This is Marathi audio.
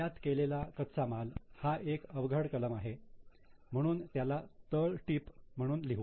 आयात केलेला कच्चा माल हा एक अवघड कलम आहे म्हणून त्याला तळटीप म्हणून लिहू